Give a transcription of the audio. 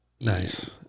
Nice